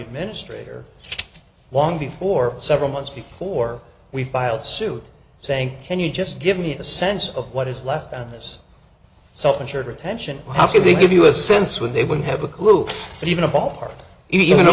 administrator long before several months before we filed suit saying can you just give me a sense of what is left on this self insured attention how could they give you a sense when they would have a clue even a ballpark even a